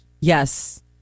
Yes